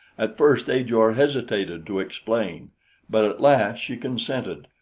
at first ajor hesitated to explain but at last she consented,